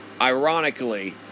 Ironically